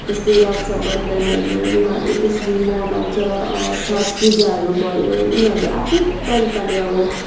जस्तै रक्षा बन्धनहरू उनीहरूले त्यसरी मनाउँछ छट पूजाहरू भयो उनीहरूले आफ्नै तरिकाले अब